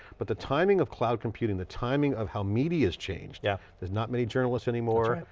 but the timing of cloud computing, the timing of how media has changed. yeah there's not many journalists anymore.